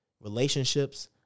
Relationships